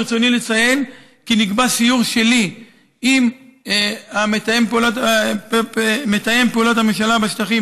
ברצוני לציין כי נקבע סיור שלי עם מתאם פעולות הממשלה בשטחים